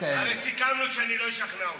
הרי סיכמנו שאני לא אשכנע אותך.